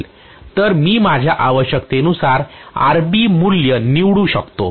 तर मी माझ्या आवश्यकतेनुसार RB मूल्य निवडू शकतो